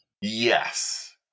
Yes